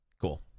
Cool